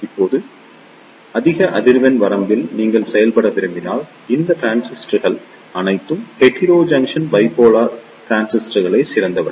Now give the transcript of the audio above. இப்போது அதிக அதிர்வெண் வரம்பில் நீங்கள் செயல்பட விரும்பினால் இந்த டிரான்சிஸ்டர்கள் அனைத்தும் ஹெட்டோரோஜங்க்ஷன் பைபோலார் டிரான்சிஸ்டர்கள் சிறந்த வழி